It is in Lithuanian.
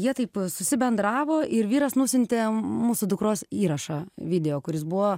jie taip susibendravo ir vyras nusiuntė mūsų dukros įrašą video kuris buvo